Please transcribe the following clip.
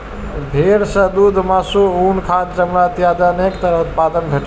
भेड़ सं दूघ, मासु, उन, खाद, चमड़ा इत्यादि अनेक तरह उत्पाद भेटै छै